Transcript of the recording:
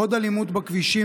עוד אלימות בכבישים.